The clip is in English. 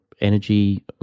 energy